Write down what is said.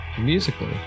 Musically